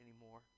anymore